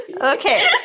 Okay